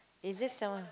is there someone